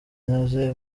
inoze